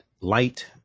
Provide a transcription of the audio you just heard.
light